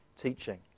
teaching